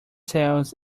cells